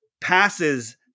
passes